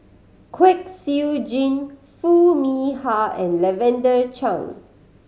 Kwek Siew Jin Foo Mee Har and Lavender Chang